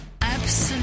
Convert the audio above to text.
absolute